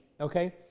okay